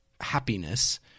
happiness